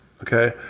Okay